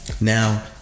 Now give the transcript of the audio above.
now